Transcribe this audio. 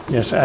Yes